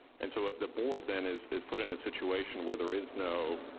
and so the board, then, is is put in a situation where there is no